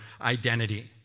identity